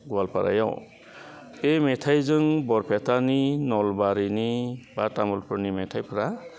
गवालपारायाव बे मेथाइजों बरपेटानि नलबारिनि बा तामुलपुरनि मेथाइफ्रा